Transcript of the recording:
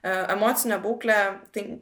emocinę būklę tai